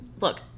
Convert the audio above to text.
look